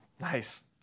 Nice